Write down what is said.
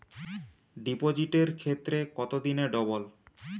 ডিপোজিটের ক্ষেত্রে কত দিনে ডবল?